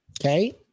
okay